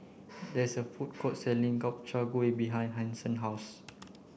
there is a food court selling Gobchang gui behind Hanson house